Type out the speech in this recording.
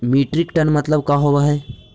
Metric tonne मतलब का होव हइ?